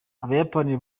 abayapani